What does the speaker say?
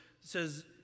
says